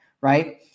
right